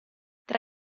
tra